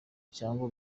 cyangwa